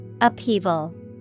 Upheaval